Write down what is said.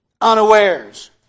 unawares